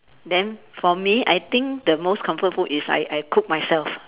then for me I think the most comfort food is I I cook myself